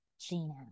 Gina